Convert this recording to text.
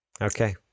Okay